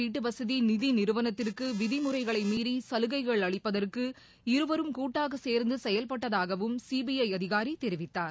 வீட்டுவசதிநிதிநிறுவனத்திற்குவிதிமுறைகளைமீறிசலுகைகள் தவான் அளிப்பதற்கு இருவரும் கூட்டாகசேர்ந்துசெயல்பட்டதாகவும் சிபிஐஅதிகாரிதெரிவித்தார்